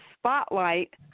spotlight